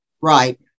right